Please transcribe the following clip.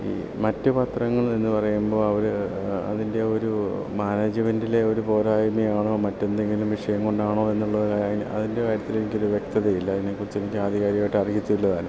ഈ മറ്റു പത്രങ്ങൾ എന്ന് പറയുമ്പോൾ അവർ അതിൻ്റെ ഒരു മാനേജ്മെൻറ്റിലെ ഒരു പോരായ്മയാണോ മറ്റെന്തെങ്കിലും വിഷയം കൊണ്ടാണോ എന്നുള്ള അതിൻ്റെ അതിൻ്റെ കാര്യത്തിലെനിക്കൊരു വ്യക്തതയില്ല അതിനെക്കുറിച്ച് എനിക്ക് ആധികാരികമായിട്ട് അറിയത്തും ഇല്ലതാനും